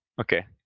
Okay